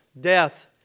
death